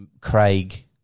Craig